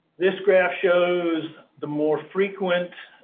this graph shows the more frequent